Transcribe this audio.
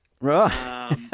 Right